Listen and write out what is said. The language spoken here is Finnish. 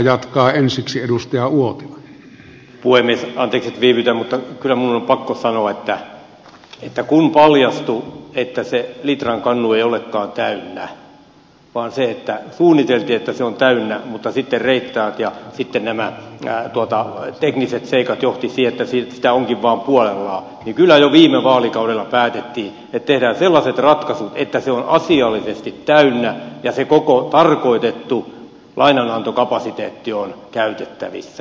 anteeksi että viivytän mutta kyllä minun on pakko sanoa että kun paljastui että se litran kannu ei olekaan täynnä vaan suunniteltiin että se on täynnä mutta sitten reittaajien toimet ja nämä tekniset seikat johtivat siihen että se onkin vaan puolillaan niin kyllä selvisi että jo viime vaalikaudella päätettiin että tehdään sellaiset ratkaisut että se on asiallisesti täynnä ja se koko tarkoitettu lainanantokapasiteetti on käytettävissä